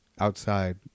outside